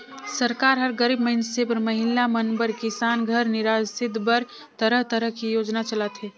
सरकार हर गरीब मइनसे बर, महिला मन बर, किसान घर निरासित बर तरह तरह के योजना चलाथे